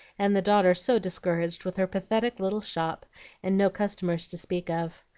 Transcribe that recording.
and the daughter so discouraged with her pathetic little shop and no customers to speak of.